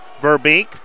Verbeek